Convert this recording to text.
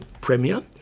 premier